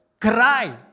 cry